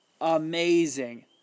Amazing